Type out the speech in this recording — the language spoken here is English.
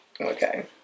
Okay